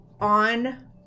on